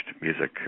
music